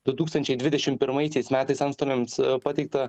du tūkstančiai dvidešim pirmaisiais metais antstoliams pateikta